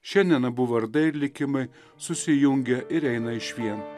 šiandien abu vardai ir likimai susijungia ir eina išvien